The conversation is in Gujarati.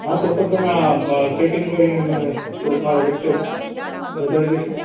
હા તો સર તમે આ સેટિંગ કરીને મને થોડુંક મારા લેક્ચર વધારી દેશો